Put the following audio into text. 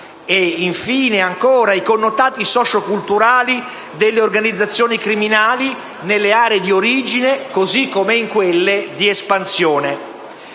i connotati socioculturali delle organizzazioni criminali, nelle aree di origine così come in quelle di espansione.